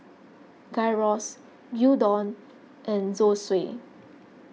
Gyros Gyudon and Zosui